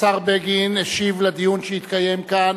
השר בגין השיב לדיון שהתקיים כאן